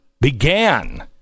began